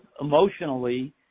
emotionally